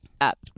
up